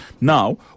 Now